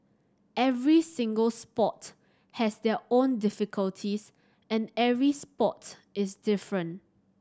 every single sport has their own difficulties and every sport is different